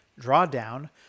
Drawdown